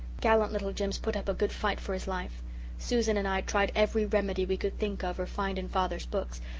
gallant little jims put up a good fight for his life susan and i tried every remedy we could think of or find in father's books,